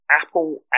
Apple